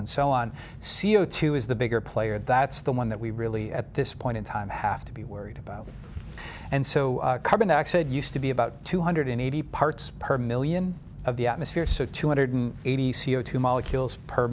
and so on c o two is the bigger player that's the one that we really at this point in time have to be worried about and so carbon dioxide used to be about two hundred eighty parts per million of the atmosphere so two hundred eighty c o two molecules per